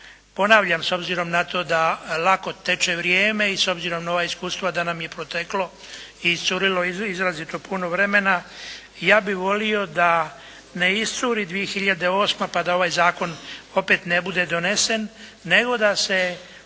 Ponavljam s obzirom na to da lako teče vrijeme i s obzirom na ova iskustva da nam je proteklo i iscurilo izrazito puno vremena ja bih volio da ne iscuri 2008. pa da ovaj zakon opet ne bude donesen nego da se on